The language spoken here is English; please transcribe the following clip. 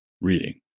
reading